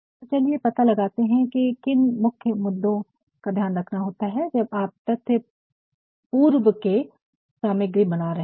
तो चलिए पता लगाते हैं की किन मुख्य मुद्दों का ध्यान रखना होता है जब आप तथ्य पूर्व के सामग्री बना रहे हैं